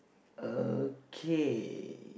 okay